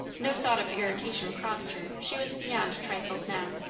no thought of irritation crossed her she was beyond trifles now.